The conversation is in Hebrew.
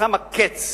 שמה קץ